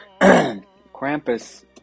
Krampus